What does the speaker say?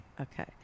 Okay